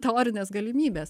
teorinės galimybės